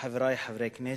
חברי חברי הכנסת,